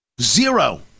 zero